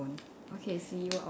okay see you outside